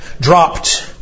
dropped